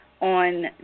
on